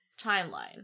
timeline